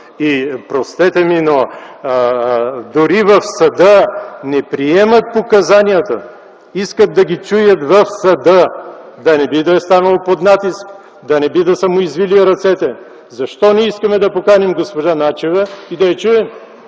И, простете ми, но дори в съда не приемат показанията, искат да ги чуят в съда да не би да е станало под натиск, да не би да са му извили ръцете. Защо не искаме да поканим госпожа Начева и да чуем